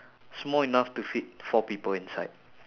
small enough to fit four people inside